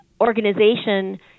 organization